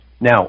Now